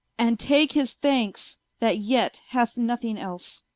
and take his thankes, that yet hath nothing else.